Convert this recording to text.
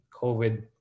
COVID